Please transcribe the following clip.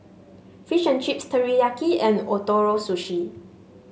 Fish and Chips Teriyaki and Ootoro Sushi